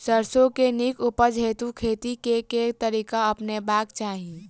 सैरसो केँ नीक उपज हेतु खेती केँ केँ तरीका अपनेबाक चाहि?